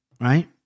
right